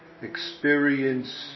experience